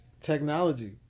technology